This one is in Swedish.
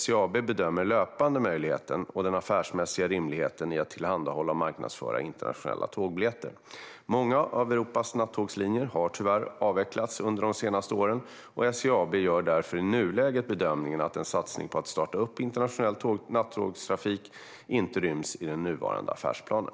SJ AB bedömer löpande möjligheten och den affärsmässiga rimligheten i att tillhandahålla och marknadsföra internationella tågbiljetter. Många av Europas nattågslinjer har tyvärr avvecklats under de senaste åren. SJ AB gör därför i nuläget bedömningen att en satsning på att starta upp internationell nattågstrafik inte ryms i den nuvarande affärsplanen.